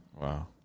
Wow